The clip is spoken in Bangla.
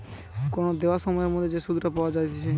কোন দেওয়া সময়ের মধ্যে যে সুধটা পাওয়া যাইতেছে